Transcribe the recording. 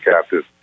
captive